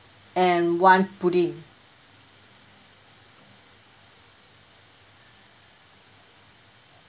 and one pudding